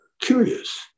curious